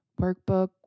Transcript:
workbook